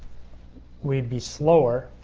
we'd be slower